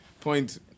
Point